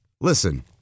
Listen